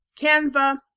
Canva